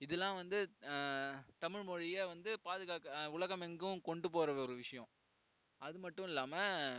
இதலாம் வந்து தமிழ் மொழியை வந்து பாதுகாக்க உலகமெங்கும் கொண்டு போகிற ஒரு விஷயம் அது மட்டும் இல்லாமல்